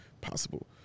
possible